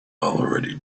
already